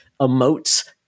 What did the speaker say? emotes